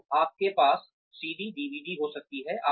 तो आपके पास सीडी डीवीडी हो सकती है